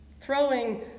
throwing